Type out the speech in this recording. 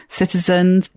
citizens